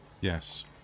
Yes